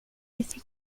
esse